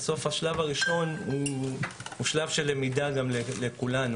בסוף השלב הראשון הוא גם שלב של למידה לכולנו.